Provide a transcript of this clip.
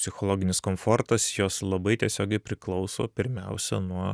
psichologinis komfortas jos labai tiesiogiai priklauso pirmiausia nuo